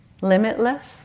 limitless